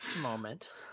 moment